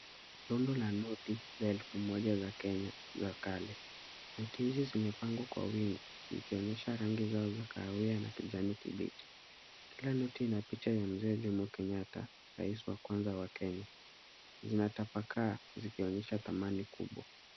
Rundo la noti za elfu moja za Kenya za kale. Noti hizi zimepangwa kwa wingi zikionyesha rangi zao za kahawia na kijani kibichi. Kila noti ina picha ya Mzee Jomo Kenyatta, rais wa kwanza wa Kenya. Zinatapakaa zikionyesha thamani kubwa.